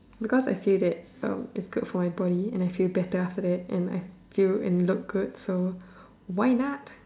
because I feel that uh it's good for my body and I feel better after that and I feel and look good so why not